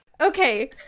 Okay